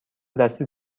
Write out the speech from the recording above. دستی